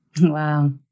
Wow